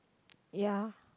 ya